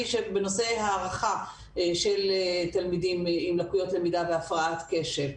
בנושא הערכה של תלמידים עם לקויות למידה והפרעת קשב.